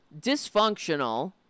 dysfunctional